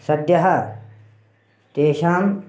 सद्यः तेषां